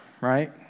Right